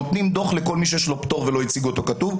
נותנים דוח בניגוד לחוק לכל מי שיש לו פטור ולא הציג אותו כתוב.